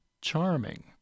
charming